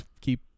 keep